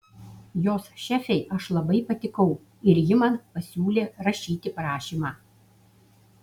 jos šefei aš labai patikau ir ji man pasiūlė rašyti prašymą